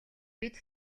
бид